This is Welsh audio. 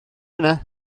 yna